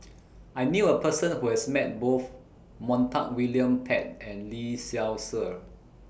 I knew A Person Who has Met Both Montague William Pett and Lee Seow Ser